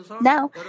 Now